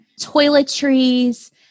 toiletries